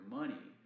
money